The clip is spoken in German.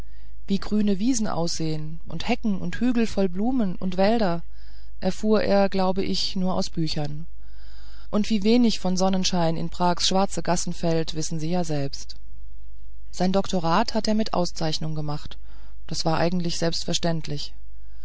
wie grüne wiesen aussehen und hecken und hügel voll blumen und wälder erfuhr er glaube ich nur aus büchern und wie wenig von sonnenschein in prags schwarze gassen fällt wissen sie ja selbst sein doktorat hatte er mit auszeichnung gemacht das war eigentlich selbstverständlich